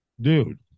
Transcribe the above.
Dude